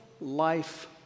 life